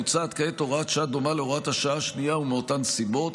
מוצעת כעת הוראת שעה דומה להוראת השעה השנייה ומאותן סיבות.